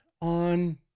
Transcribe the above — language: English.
on